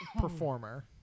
performer